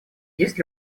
есть